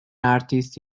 artist